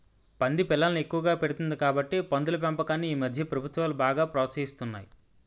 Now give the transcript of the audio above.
పంది పిల్లల్ని ఎక్కువగా పెడుతుంది కాబట్టి పందుల పెంపకాన్ని ఈమధ్య ప్రభుత్వాలు బాగా ప్రోత్సహిస్తున్నాయి